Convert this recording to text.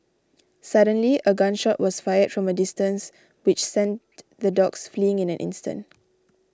suddenly a gun shot was fired from a distance which sent the dogs fleeing in an instant